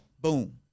Boom